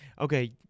Okay